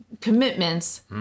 commitments